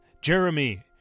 Jeremy